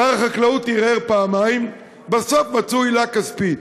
שר החקלאות ערער פעמיים, ובסוף מצאו עילה כספית.